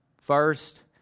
First